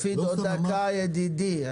מופיד, עוד דקה, ידידי.